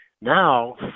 now